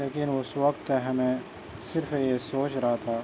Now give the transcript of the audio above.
لیکن اس وقت ہمیں صرف یہ سوچ رہا تھا